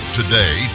today